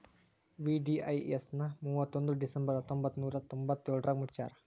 VDIS ನ ಮುವತ್ತೊಂದ್ December ಹತ್ತೊಂಬತ್ ನೂರಾ ತೊಂಬತ್ತಯೋಳ್ರಾಗ ಮುಚ್ಚ್ಯಾರ